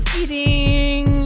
eating